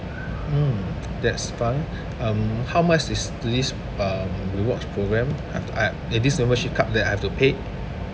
mm that's fine um how much is this uh rewards program this membership card that I have to pay